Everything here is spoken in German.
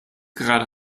gerade